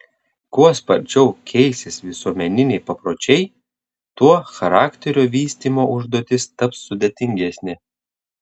kuo sparčiau keisis visuomeniniai papročiai tuo charakterio vystymo užduotis taps sudėtingesnė